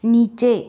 नीचे